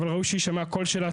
אבל ראוי שיישמע הקול שלה.